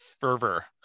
fervor